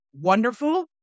wonderful